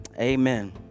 Amen